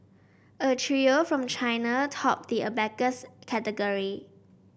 a trio from China topped the abacus category